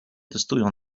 testują